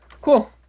Cool